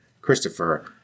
Christopher